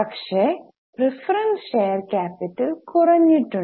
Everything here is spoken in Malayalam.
പക്ഷേ പ്രീഫെറെൻസ് ഷെയർ ക്യാപിറ്റൽ കുറഞ്ഞിട്ടുണ്ട്